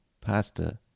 pasta